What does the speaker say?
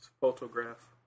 photograph